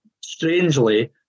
strangely